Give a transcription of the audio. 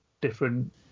different